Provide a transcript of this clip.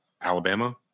Alabama